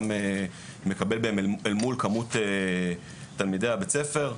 מקבל אל מול כמות תלמידי בית הספר.